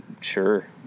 Sure